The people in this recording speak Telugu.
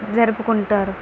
జరుపుకుంటారు